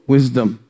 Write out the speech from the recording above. Wisdom